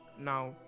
Now